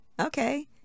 okay